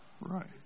Right